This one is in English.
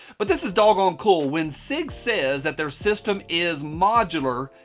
but this is doggone cool, when sig says that their system is modular,